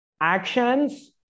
actions